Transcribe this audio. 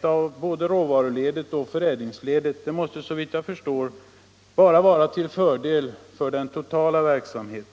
av både råvaruledet och förädlingsledet till en enhet kan, såvitt jag förstår, bara vara till fördel för den totala verksamheten.